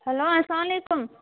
hello اسلام علیکُم